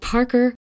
Parker